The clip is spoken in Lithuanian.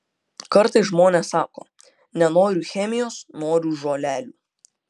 kartais žmonės sako nenoriu chemijos noriu žolelių